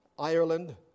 Ireland